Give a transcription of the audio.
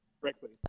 correctly